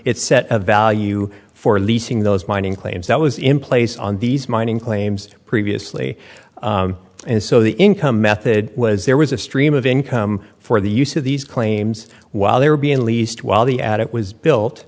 it's set a value for leasing those mining claims that was in place on these mining claims previously and so the income method was there was a stream of income for the use of these claims while they were being leased while the attic was built